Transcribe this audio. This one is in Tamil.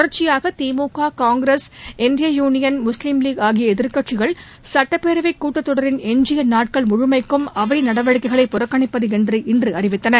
தொடர்ச்சியாகதிமுக காங்கிரஸ் இந்திய யூனியன் முஸ்லீம் இதன் சட்டப்பேரவைகூட்டத்தொடரின் எஞ்ஜிய நாட்கள் முழுமைக்கும் அவைநடவடிக்கைகளை புறக்கணிப்பதுஎன்று இன்றுஅறிவித்தன